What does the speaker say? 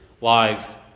lies